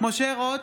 משה רוט,